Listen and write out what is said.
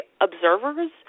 observers